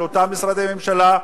של אותם משרדי ממשלה,